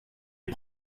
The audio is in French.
est